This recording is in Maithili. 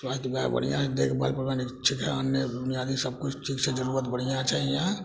स्वास्थय बिभाग बढ़िऑं है देखभाल परिवहन अन्य बुनियादी सब किछु सबकिछु ठीक छै जरूरत बढ़िऑं छै यहाँ